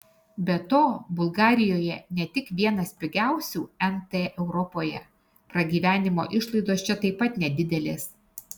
be to bulgarijoje ne tik vienas pigiausių nt europoje pragyvenimo išlaidos čia taip pat nedidelės